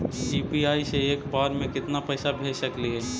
UPI से एक बार मे केतना पैसा भेज सकली हे?